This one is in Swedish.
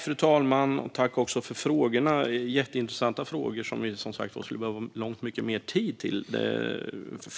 Fru talman! Jag tackar ledamoten för frågorna. Det här är jätteintressanta frågor som vi skulle behöva långt mycket mer tid till.